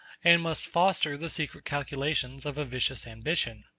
and must foster the secret calculations of a vicious ambition.